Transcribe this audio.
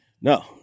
No